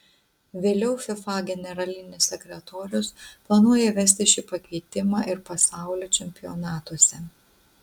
vėliau fifa generalinis sekretorius planuoja įvesti šį pakeitimą ir pasaulio čempionatuose